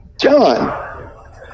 john